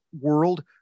world